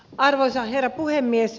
arvoisa herra puhemies